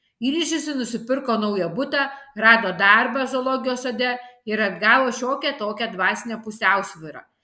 grįžusi nusipirko naują butą rado darbą zoologijos sode ir atgavo šiokią tokią dvasinę pusiausvyrą